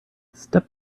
step